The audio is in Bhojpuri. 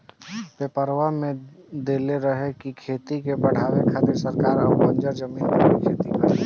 पेपरवा में देले रहे की खेती के बढ़ावे खातिर सरकार अब बंजर जमीन पर भी खेती करी